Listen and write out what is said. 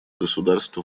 государства